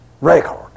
record